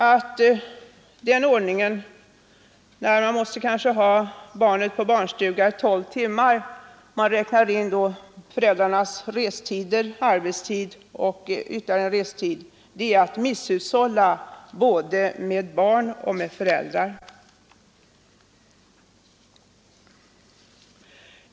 Att barnen skall behöva vistas på barnstuga 12 timmar, inräknat föräldrarnas restider, arbetstid och ytterligare restid, är att misshushålla med både barn och föräldrar.